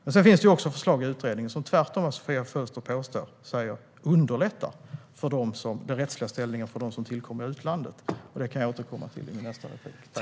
Det finns också förslag i utredningen som, tvärtemot vad Sofia Fölster påstår, underlättar den rättsliga ställningen för barn som tillkommer i utlandet, men det kan jag återkomma till i nästa inlägg.